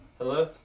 Hello